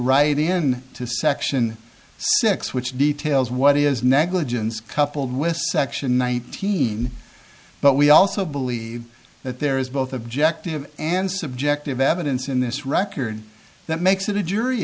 right in to section six which details what is negligence coupled with section one thousand but we also believe that there is both objective and subjective evidence in this record that makes it a jury